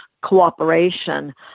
cooperation